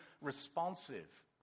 responsive